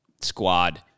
squad